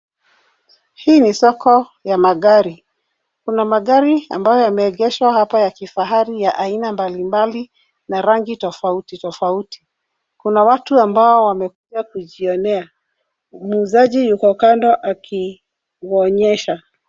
Hii ni soko ya magari. Kuna magari ambayo yameegeshwa hapa ya kifahari ya aina mbalimbali na rangi tofauti tofauti. Kuna watu ambao wamekuja kujionea. Muuzaji yuko kando akiwaonyesha.